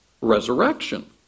resurrection